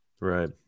Right